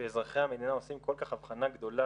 שאזרחי המדינה עושים כל כך אבחנה גדולה